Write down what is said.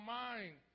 mind